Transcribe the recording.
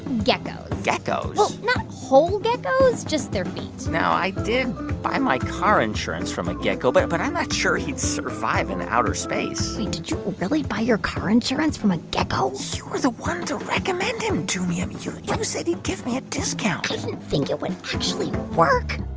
geckos well, not whole geckos, just their feet now, i did buy my car insurance from a gecko, but but i'm not sure he'd survive in outer space wait, did you really buy your car insurance from a gecko? you were the one to recommend him to me. ah you you know said he'd give me a discount i didn't think it would actually work.